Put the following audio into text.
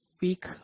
week